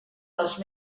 les